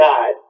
God